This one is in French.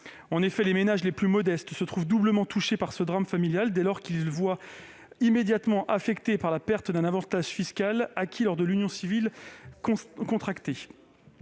part. Les ménages les plus modestes se trouvent doublement touchés par ce drame familial : ils se voient immédiatement affectés par la perte d'un avantage fiscal acquis lors de l'union civile contractée